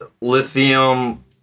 Lithium